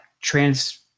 trans